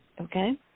okay